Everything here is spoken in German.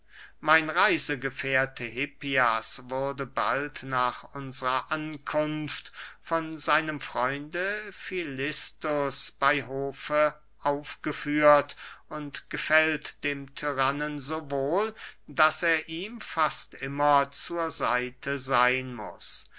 mein reisegefährte hippias wurde bald nach unsrer ankunft von seinem freunde filistus bey hofe aufgeführt und gefällt dem tyrannen so wohl daß er ihm fast immer zur seite seyn muß